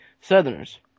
Southerners